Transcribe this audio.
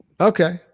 Okay